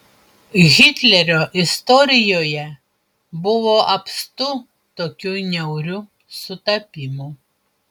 hitlerio istorijoje buvo apstu tokių niaurių sutapimų